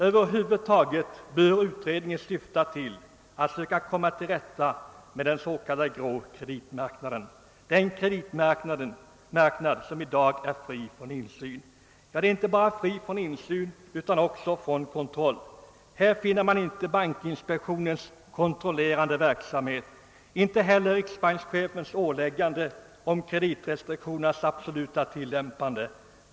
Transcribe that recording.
Över huvud taget bör en utredning syfta till att söka komma till rätta med den s.k. grå kreditmarknaden, den marknad som i dag är fri från insyn. Den är inte bara fri från insyn, utan också fri från kontroll. Här finner man inte bankinspektionens kontrollerande verksamhet, inte heller riksbankschefens åläggande om kreditrestriktionernas absoluta = tillämpande.